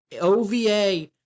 OVA